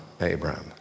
Abraham